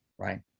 Right